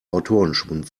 autorenschwund